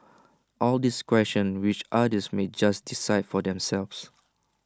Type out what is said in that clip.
all these questions which others may just decide for themselves